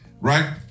right